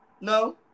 No